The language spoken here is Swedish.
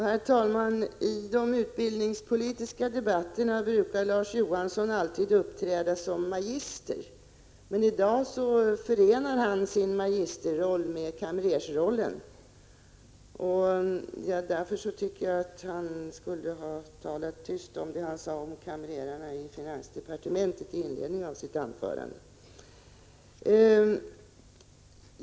Herr talman! I de utbildningspolitiska debatterna brukar Larz Johansson alltid uppträda som magister, men i dag förenar han sin magisterroll med kamrersrollen. Jag tycker därför att han borde ha talat tyst om det han sade om kamrerarna i finansdepartementet i inledningen av sitt anförande.